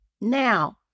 Now